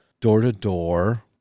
door-to-door